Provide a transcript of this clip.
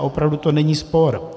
Opravdu to není spor.